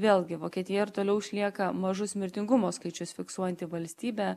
vėlgi vokietija ir toliau išlieka mažus mirtingumo skaičius fiksuojanti valstybė